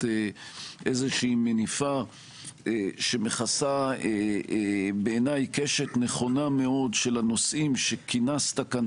אן איזושהי מניפה שמכסה קשת נכונה מאוד של הנושאים שכינסת לכאן